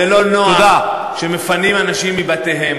בוודאי זה לא נוח שמפנים אנשים מבתיהם,